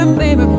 baby